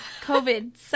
COVID